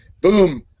boom